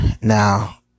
Now